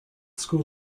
school